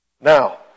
Now